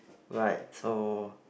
right so